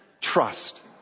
trust